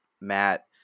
Matt